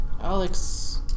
Alex